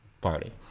party